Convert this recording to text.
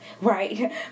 right